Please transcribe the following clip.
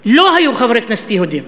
לא היו חברי כנסת יהודים.